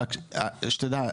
שתדע,